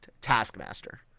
Taskmaster